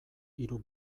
hiru